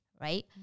right